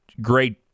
great